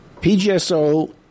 PGSO